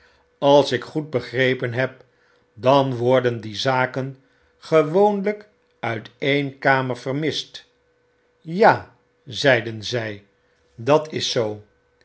als ik goed begrepen heb dan worden die zaken gewoonlyk uit een kamer vermist ja zeiden zy dat is zoo